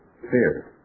fear